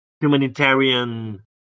humanitarian